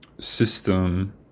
system